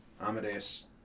Amadeus